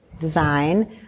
design